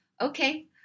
okay